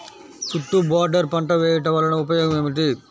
చుట్టూ బోర్డర్ పంట వేయుట వలన ఉపయోగం ఏమిటి?